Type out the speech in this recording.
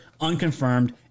unconfirmed